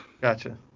gotcha